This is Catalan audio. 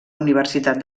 universitat